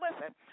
listen